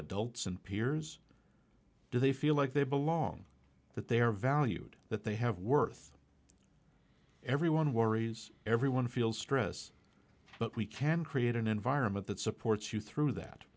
adults and peers do they feel like they belong that they are valued that they have worth everyone worries everyone feels stress but we can create an environment that supports you through that